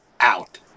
out